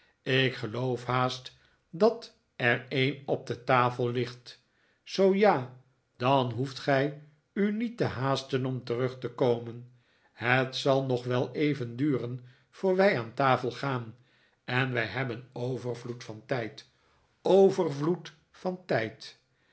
ik geloof haast dat er een op de tafel ligt zoo ja dan hoeft gij u niet te haasten om terug te komen het zal nog wel even duren voor wij aan tafel gaan en wij hebben overvloed van tijd overvloed van tijd